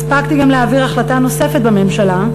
הספקתי גם להעביר החלטה נוספת בממשלה,